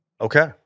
Okay